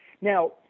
Now